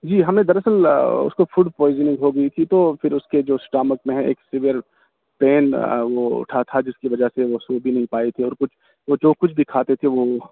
جی ہمیں در اصل اس کو فوڈ پوائزننگ ہو گئی تھی تو پھر اس کے جو اسٹامک میں ہے ایک فگر پین وہ اٹھا تھا جس کی وجہ سے وہ سو بھی نہیں پائی تھی اور کچھ وہ جو کچھ بھی کھاتے تھے وہ